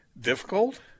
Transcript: difficult